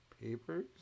papers